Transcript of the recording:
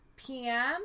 PM